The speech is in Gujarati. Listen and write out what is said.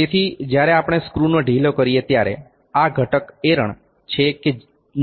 તેથી જ્યારે આપણે સ્ક્રુને ઢીલો કરીએ ત્યારે આ ઘટક એરણ છે કે